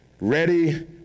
ready